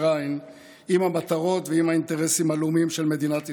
עין עם המטרות ועם האינטרסים הלאומיים של מדינת ישראל,